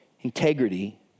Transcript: integrity